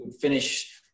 finish